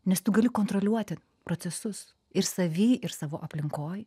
nes tu gali kontroliuoti procesus ir savy ir savo aplinkoj